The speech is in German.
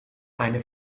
eine